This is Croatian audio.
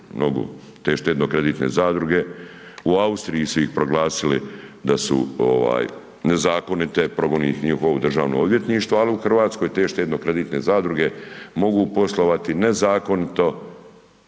te štedno kreditne zadruge, u Austriji su ih proglasili da su ovaj nezakonite, progoni ih njihovo državno odvjetništvo, ali u Hrvatskoj te štedno kreditne zadruge mogu poslovati nezakonito,